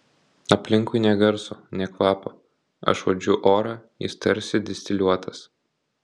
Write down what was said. aplinkui nė garso nė kvapo aš uodžiu orą jis tarsi distiliuotas